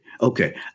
okay